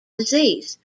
disease